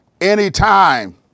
anytime